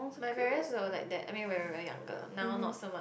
my parents will like that I mean when we were younger now not so much